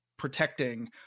protecting